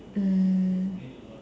mm